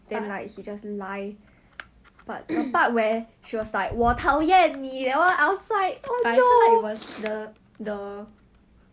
not really sometimes people just want to hide this kind of thing cause they don't want to burden their family or their partner